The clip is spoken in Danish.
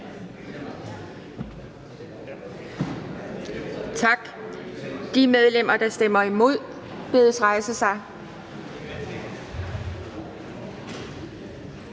Tak. De medlemmer, der stemmer imod, bedes rejse sig.